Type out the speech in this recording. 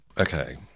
Okay